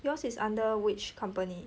yours is under which company